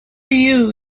you